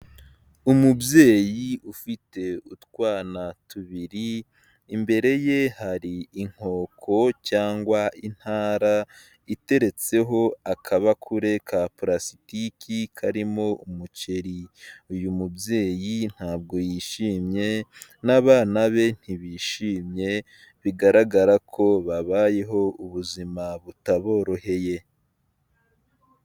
Umubyeyi ufite utwana tubiri imbere ye hari inkoko cyangwa intara iteretseho akabakure ka parasitiki karimo umuceri uyu mubyeyi ntabwo yishimye n'abana be ntibishimye bigaragara ko babayeho mu buzima butaboroheye.